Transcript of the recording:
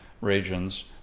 regions